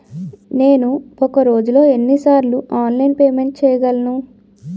నేను ఒక రోజులో ఎన్ని సార్లు ఆన్లైన్ పేమెంట్ చేయగలను?